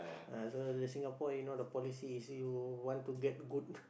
ah so the Singapore you know the policy is you want to get good